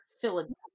Philadelphia